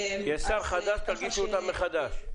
יש שר חדש, תגישו אותן מחדש.